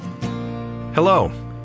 Hello